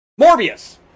Morbius